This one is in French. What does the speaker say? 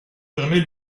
permet